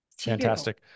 Fantastic